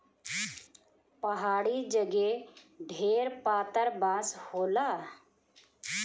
पहाड़ी जगे ढेर पातर बाँस होला